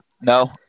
No